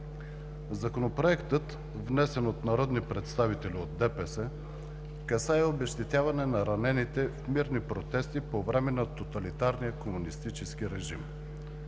Законопроектът, внесен от народни представители от ДПС, касае обезщетяване на ранените в мирни протести по време на тоталитарния комунистически режим.